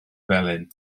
felyn